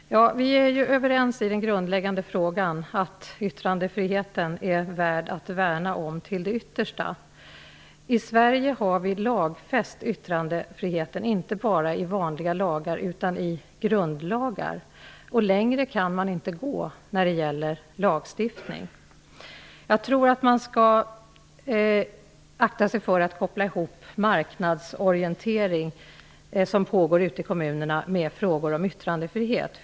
Fru talman! Vi är överens i den grundläggande frågan, nämligen att yttrandefriheten är värd att värnas om till det yttersta. I Sverige har vi lagfäst yttrandefriheten inte bara i vanlig lag utan i grundlag. Längre kan man inte gå när det gäller lagstiftning. Jag tror att man skall akta sig för att koppla ihop den marknadsorientering som pågår ute i kommunerna med frågor om yttrandefrihet.